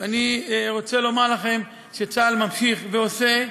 אני רוצה לומר לכם שצה"ל ממשיך ועושה,